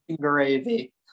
gravy